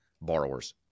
borrowers